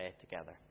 together